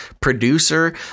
producer